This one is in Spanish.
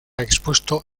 expuesto